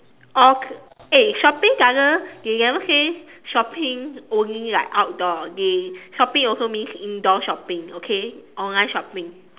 or eh shopping doesn't they never say shopping only like outdoor okay shopping also means indoor shopping okay online shopping